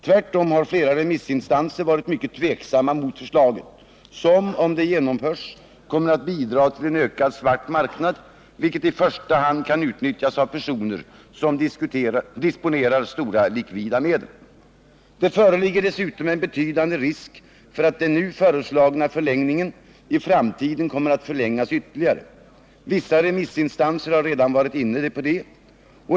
Tvärtom har flera remissinstanser varit mycket tveksamma emot förslaget, som, om det genomförs, kommer att bidra till en ökad ”svart marknad”, vilket i första hand kan utnyttjas av personer som disponerar stora likvida medel. Det föreligger dessutom en betydande risk för att den nu föreslagna förlängningen i framtiden kommer att förlängas ytterligare. Vissa remissinstanser har redan varit inne på det.